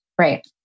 Right